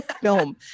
film